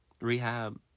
rehab